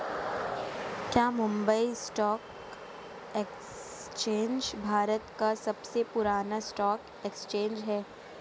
क्या Mumbai stock exchange Bharat का सबसे पुराना स्टॉक एक्सचेंज है?